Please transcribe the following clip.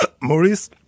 Maurice